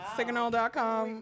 Signal.com